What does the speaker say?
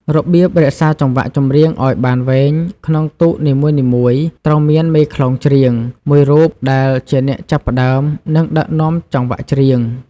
របៀបរក្សាចង្វាក់ចម្រៀងឲ្យបានវែង ក្នុងទូកនីមួយៗ ត្រូវមាន មេខ្លោងចម្រៀង មួយរូបដែលជាអ្នកចាប់ផ្តើម និងដឹកនាំចង្វាក់ចម្រៀង។